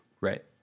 Right